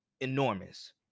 enormous